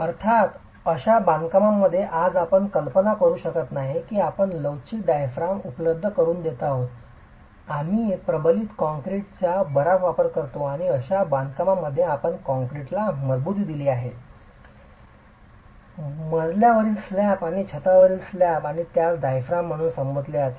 अर्थात अशा बांधकामांमधे आज आपण कल्पना करू शकत नाही की आपण लवचिक डायाफ्राम उपलब्ध करुन देत आहोत आम्ही प्रबलित कंक्रीट चा बराच वापर करतो आणि अशा बांधकामांमध्ये आपण कॉंक्रिटला मजबुती दिली आहे मजल्यावरील स्लॅब आणि छतावरील स्लॅब आणि त्यास डाईफ्राम म्हणून संबोधले जाते